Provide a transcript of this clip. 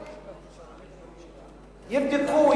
יבדקו,